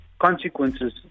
consequences